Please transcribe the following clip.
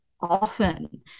often